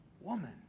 Woman